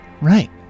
Right